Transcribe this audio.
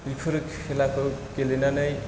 बिफोर खेलाखौ गेलेनानै